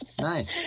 Nice